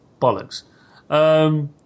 bollocks